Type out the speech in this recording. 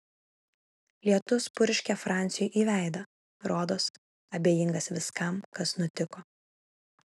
lietus purškė franciui į veidą rodos abejingas viskam kas nutiko